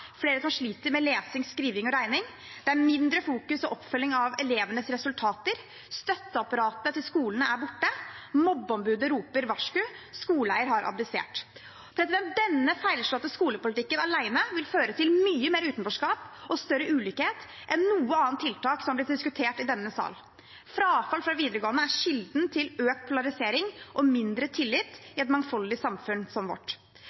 flere som sliter med lesing, skriving og regning, det er mindre fokusering på og oppfølging av elevenes resultater, støtteapparatet til skolene er borte, mobbeombudet roper varsku, skoleeier har abdisert. Denne feilslåtte skolepolitikken alene vil føre til mye mer utenforskap og større ulikhet enn noe annet tiltak som har blitt diskutert i denne sal. Frafall fra videregående er kilden til økt polarisering og mindre tillit i et mangfoldig samfunn som vårt.